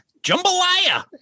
Jambalaya